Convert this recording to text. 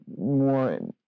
more